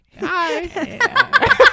Hi